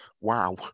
Wow